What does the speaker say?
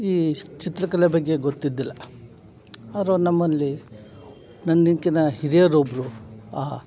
ಈ ಚಿತ್ರಕಲೆ ಬಗ್ಗೆ ಗೊತ್ತಿದ್ದಿಲ್ಲ ಆದ್ರು ನಮ್ಮಲ್ಲಿ ನನ್ನಕ್ಕಿನ ಹಿರಿಯರೊಬ್ಬರು ಆ